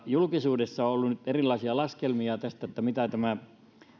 julkisuudessa on ollut nyt erilaisia laskelmia tästä mitä tämä